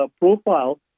profile